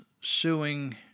suing